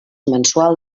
mensual